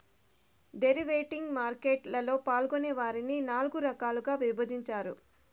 derivative market లలో పాల్గొనే వారిని నాల్గు రకాలుగా విభజించారు